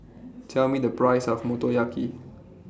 Tell Me The Price of Motoyaki